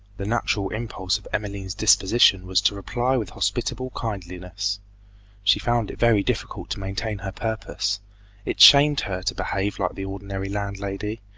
the natural impulse of emmeline's disposition was to reply with hospitable kindliness she found it very difficult to maintain her purpose it shamed her to behave like the ordinary landlady,